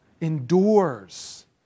endures